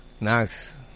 Nice